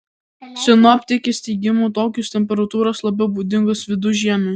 sinoptikės teigimu tokios temperatūros labiau būdingos vidužiemiui